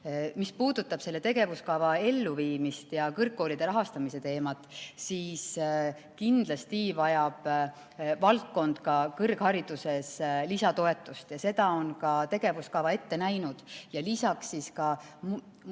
puudutab selle tegevuskava elluviimist ja kõrgkoolide rahastamise teemat, siis kindlasti vajab valdkond ka kõrghariduses lisatoetust. Seda on ka tegevuskava ette näinud, lisaks ka teise